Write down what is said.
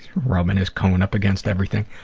rubbing his cone up against everything.